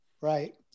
Right